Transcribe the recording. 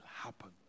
happen